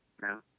No